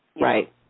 right